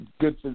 good